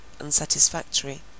unsatisfactory